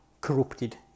corrupted